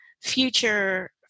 future